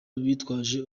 bitwaje